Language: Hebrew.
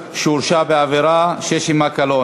שיפוט בעבירות ועזרה משפטית)